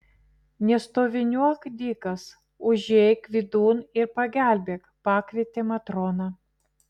nestoviniuok dykas užeik vidun ir pagelbėk pakvietė matrona